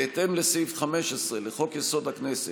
בהתאם לסעיף 15 לחוק-יסוד: הכנסת,